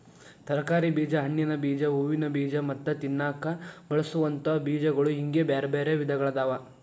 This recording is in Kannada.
ತರಕಾರಿ ಬೇಜ, ಹಣ್ಣಿನ ಬೇಜ, ಹೂವಿನ ಬೇಜ ಮತ್ತ ತಿನ್ನಾಕ ಬಳಸೋವಂತ ಬೇಜಗಳು ಹಿಂಗ್ ಬ್ಯಾರ್ಬ್ಯಾರೇ ವಿಧಗಳಾದವ